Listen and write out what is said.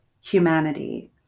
humanity